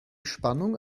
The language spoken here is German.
spannung